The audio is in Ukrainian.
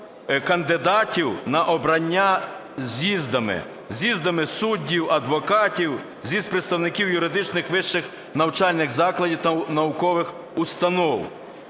кандидатів на обрання з'їздами: з'їздами суддів, адвокатів, з'їзд представників юридичних вищих навчальних закладів та наукових установ.